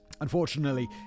unfortunately